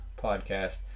Podcast